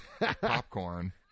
popcorn